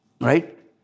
Right